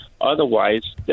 Otherwise